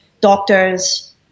doctors